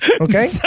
Okay